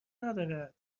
ندارد